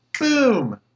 boom